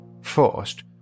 First